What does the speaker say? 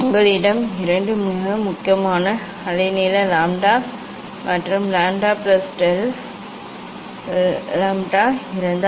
உங்களிடம் இரண்டு மிக நெருக்கமான அலைநீள லாம்ப்டா மற்றும் லாம்ப்டா பிளஸ் டெல் லாம்ப்டா இருந்தால்